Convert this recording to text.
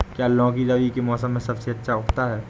क्या लौकी रबी के मौसम में सबसे अच्छा उगता है?